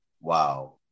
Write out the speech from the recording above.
wow